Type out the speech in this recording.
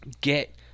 get